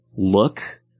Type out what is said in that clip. look